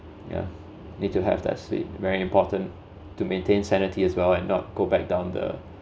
ya need to have that sleep very important to maintain sanity as well and not go back down the